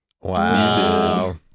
Wow